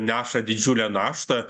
neša didžiulę naštą